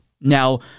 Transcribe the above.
now